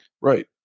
Right